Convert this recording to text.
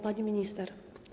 Pani Minister!